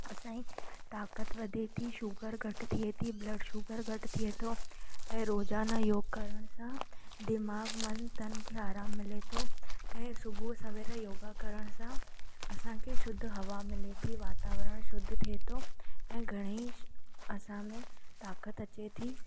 असांजी ताक़त वधे थी शुगर घटि थिए थी ब्लड शुगर घटि थिए थो ऐं रोज़ाना योगु करण सां दिमाग़ु मनु तन खे आराम मिले थो ऐं सुबुह सवेरे योगा करण सां असांखे शुद्ध हवा मिले थी वातावरणु शुद्ध थिए थो ऐं घणे ई असां में ताक़त अचे थी